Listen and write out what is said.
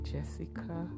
Jessica